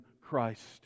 Christ